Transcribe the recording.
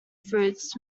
fruits